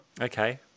okay